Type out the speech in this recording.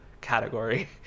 category